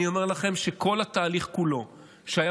אני אומר לכם שכל התהליך כולו שהיה